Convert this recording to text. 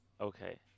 okay